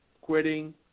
quitting